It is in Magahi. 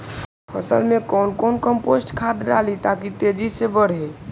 फसल मे कौन कम्पोस्ट खाद डाली ताकि तेजी से बदे?